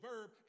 verb